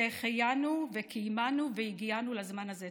שהחיינו וקיימנו והגיענו לזמן הזה.